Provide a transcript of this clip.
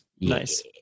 Nice